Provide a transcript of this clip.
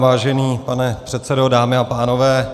Vážený pane předsedo, dámy a pánové.